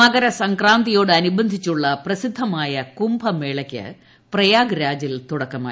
മകര സംക്രാന്തിയോട് അനുബന്ധിച്ചുള്ള പ്രസിദ്ധമായ കുംഭമേളയ്ക്ക് പ്രയാഗ്രാജിൽ തുടക്കമായി